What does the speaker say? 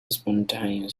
spontaneous